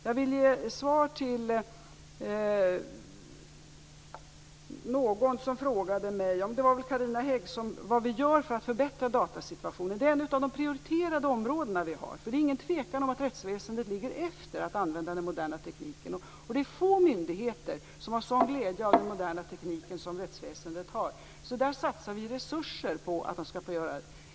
Jag vill ge svar till Carina Hägg, tror jag att det var, som frågade om vad vi gör för att förbättra datasituationen. Det är ett av de prioriterade områden som vi har. Det råder nämligen ingen tvekan om att rättsväsendet ligger efter med att använda den moderna tekniken. Få myndigheter har en sådan glädje av den moderna tekniken som rättsväsendet. Därför satsar vi resurser på detta.